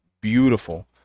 beautiful